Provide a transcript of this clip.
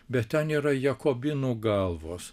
bet ten yra jakobinų galvos